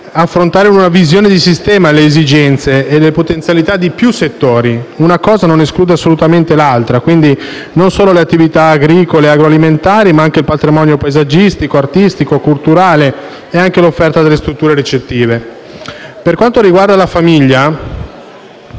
affrontare una visione di sistema adeguata alle esigenze e alle potenzialità di più settori; una cosa non esclude assolutamente l'altra. Quindi non solo le attività agricole e agroalimentari, ma anche il patrimonio paesaggistico, artistico, culturale e anche l'offerta delle strutture ricettive. Per quanto riguarda la famiglia,